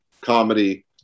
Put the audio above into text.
comedy